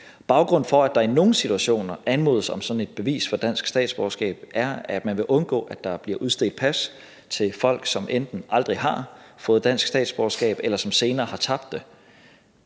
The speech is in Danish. Baggrunden for, at der i nogle situationer anmodes om sådan et bevis for dansk statsborgerskab, er, at man vil undgå, at der bliver udstedt pas til folk, som enten aldrig har fået dansk statsborgerskab, eller som senere har tabt det.